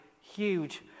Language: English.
huge